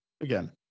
again